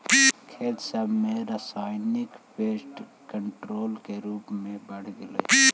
खेत सब में रासायनिक पेस्ट कंट्रोल के उपयोग बढ़ गेलई हे